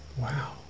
Wow